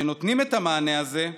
ששם נותנים את המענה הזה,